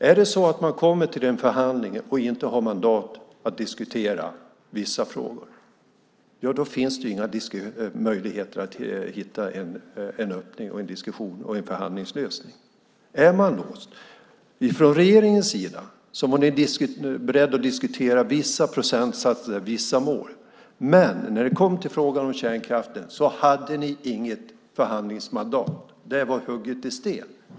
Är det så att man kommer till en förhandling och inte har mandat att diskutera vissa frågor finns det ju inga möjligheter att hitta en öppning, en diskussion och en förhandlingslösning. Man kan vara låst från regeringens sida så att man enbart är beredd att diskutera vissa procentsatser, vissa mål. När det kom till frågan om kärnkraften hade ni inget förhandlingsmandat. Det var hugget i sten.